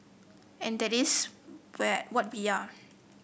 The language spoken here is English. and that is where what we are